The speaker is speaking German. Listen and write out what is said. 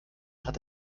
hat